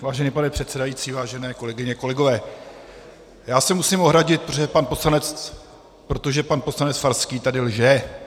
Vážený pane předsedající, vážené kolegyně, kolegové, já se musím ohradit, protože pan poslanec Farský tady lže.